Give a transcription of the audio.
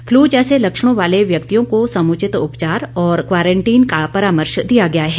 flu जैसे लक्षणों वाले व्यक्तियों को समुचित उपचार और क्वारैन्टीन का परामर्श दिया गया है